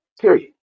period